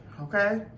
Okay